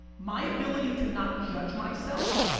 my ability to not judge myself,